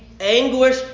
anguish